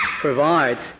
provides